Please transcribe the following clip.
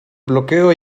bloqueo